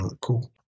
Cool